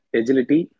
agility